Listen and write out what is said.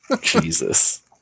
Jesus